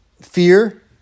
fear